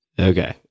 Okay